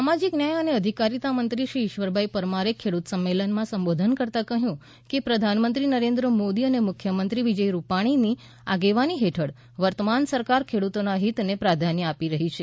સામાજીક ન્યાય અને અધિકારીતા મંત્રી શ્રી ઇશ્વરભાઇ પરમારે ખેડૂત સંમેલનમાં સંબોધન કરતાં કહ્યું કે પ્રધાનમંત્રી નરેન્દ્ર મોદી અને મુખ્યમંત્રી વિજય રૂપાણીની આગેવાની હેઠળ વર્તમાન સરકાર ખેડૂતોના હિતને પ્રાધાન્ય આપી રહી છે